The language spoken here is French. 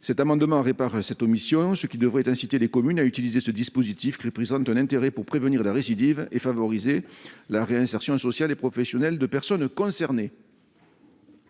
Cet amendement vise à réparer cette omission, afin d'inciter les communes à utiliser ce dispositif qui présente un intérêt pour prévenir la récidive et favoriser la réinsertion sociale et professionnelle des personnes concernées.